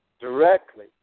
directly